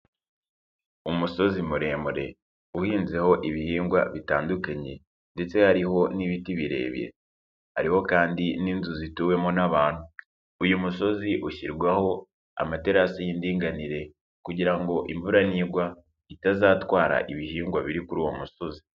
Umusozi muremure uhinzeho ibihingwa bitandukanye ndetse hariho n'ibiti birebire, hariho kandi n'inzu zituwemo n'abantu. Uyu musozi ushyirwaho amaterasi y'indinganire kugira ngo imvura nigwa itazatwara ibihingwa biri kuri uwo musozi.